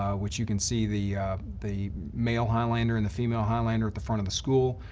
ah which you can see the the male highlander and the female highlander at the front of the school,